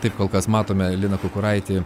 taip kol kas matome liną kukuraitį